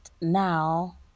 now